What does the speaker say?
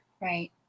Right